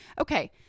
Okay